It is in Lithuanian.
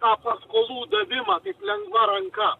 tą paskolų davimą lengva ranka